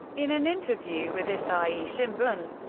in an interview with asahi shimbun,